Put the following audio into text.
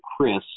Chris